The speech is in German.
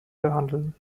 behandeln